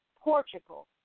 Portugal